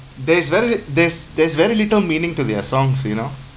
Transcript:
there's very there's there's very little meaning to their songs you know